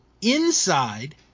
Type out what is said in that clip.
inside